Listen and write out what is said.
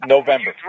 November